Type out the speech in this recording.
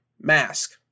Mask